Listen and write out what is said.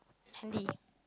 handy